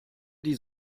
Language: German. die